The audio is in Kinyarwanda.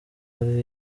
hariho